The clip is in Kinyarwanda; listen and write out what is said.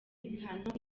bihano